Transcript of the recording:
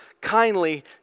kindly